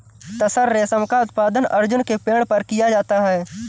तसर रेशम का उत्पादन अर्जुन के पेड़ पर किया जाता है